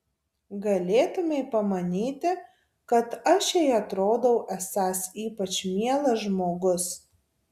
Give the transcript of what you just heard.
galėtumei pamanyti kad aš jai atrodau esąs ypač mielas žmogus